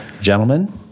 Gentlemen